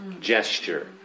gesture